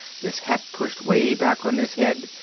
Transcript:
his hat pushed way back on his head,